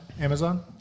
Amazon